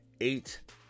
Eight